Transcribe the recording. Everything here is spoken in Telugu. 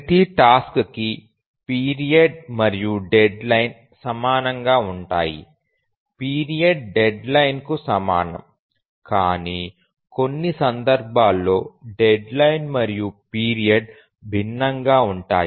ప్రతి టాస్క్ కి పీరియడ్ మరియు డెడ్లైన్ సమానంగా ఉంటాయి పీరియడ్ డెడ్లైన్ కు సమానం కానీ కొన్ని సందర్భాల్లో డెడ్లైన్ మరియు పీరియడ్ భిన్నంగా ఉంటాయి